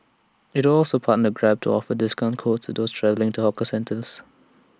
IT will also partner grab to offer discount codes to those travelling to hawker centre